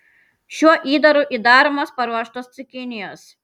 šiuo įdaru įdaromos paruoštos cukinijos